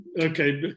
okay